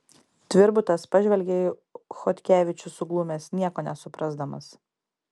tvirbutas pažvelgia į chodkevičių suglumęs nieko nesuprasdamas